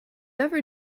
ever